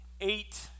Eight